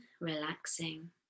relaxing